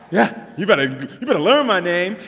yeah, you better but learn my name.